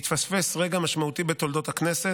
והתפספס רגע משמעותי בתולדות הכנסת.